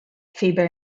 faber